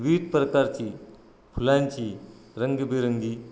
विविध प्रकारची फुलांची रंगीबेरंगी